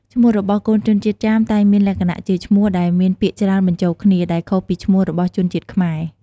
ឈ្មោះរបស់កូនជនជាតិចាមតែងមានលក្ខណៈជា ឈ្មោះដែលមានពាក្យច្រើនបញ្ចូលគ្នា ដែលខុសពីឈ្មោះរបស់ជនជាតិខ្មែរ។